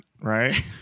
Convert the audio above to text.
right